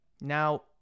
Now